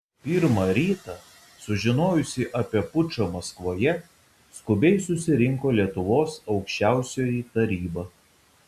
pirmą rytą sužinojusi apie pučą maskvoje skubiai susirinko lietuvos aukščiausioji taryba